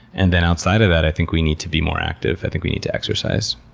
and then outside of that, i think we need to be more active. i think we need to exercise.